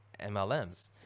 MLMs